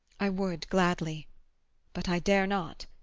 i would gladly but i dare not.